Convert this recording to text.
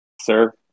sir